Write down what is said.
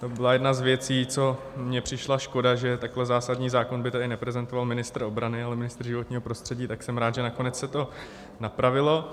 To byla jedna z věcí, co mně přišla škoda, že takhle zásadní zákon by tady neprezentoval ministr obrany, ale ministr životního prostředí, tak jsem rád, že nakonec se to napravilo.